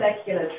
secular